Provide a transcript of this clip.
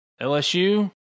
LSU